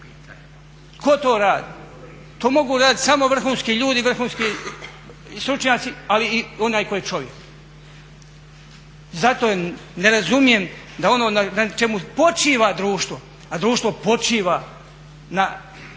Ko to radi? To mogu raditi samo vrhunski ljudi, vrhunski stručnjaci ali i onaj tko je čovjek. Zato ne razumijem da ono na čemu počiva društvo, a društvo počiva na